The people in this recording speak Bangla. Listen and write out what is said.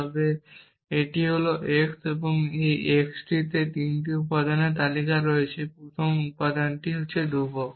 তবে এটি হল x এবং এই xটিতে 3টি উপাদানের তালিকা রয়েছে প্রথম উপাদানটি ধ্রুবক